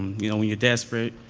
you know, when you're desperate,